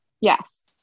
Yes